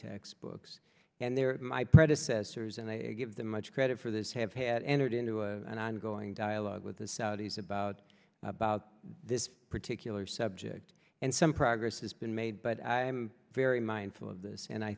textbooks and they're my predecessor and i give them much credit for this have had entered into an ongoing dialogue with the saudis about about this particular subject and some progress has been made but i am very mindful of this and i